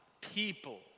people